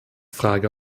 frage